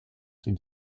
ses